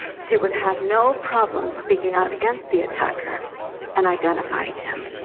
she would have no problems speaking out against the attacker and identifying him.